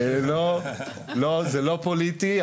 לא, זה לא פוליטי.